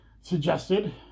suggested